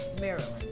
Maryland